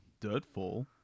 Dirtfall